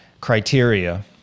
criteria